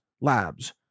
labs